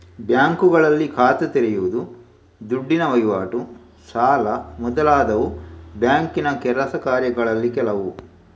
ಬ್ಯಾಂಕುಗಳಲ್ಲಿ ಖಾತೆ ತೆರೆಯುದು, ದುಡ್ಡಿನ ವೈವಾಟು, ಸಾಲ ಮೊದಲಾದವು ಬ್ಯಾಂಕಿನ ಕೆಲಸ ಕಾರ್ಯಗಳಲ್ಲಿ ಕೆಲವು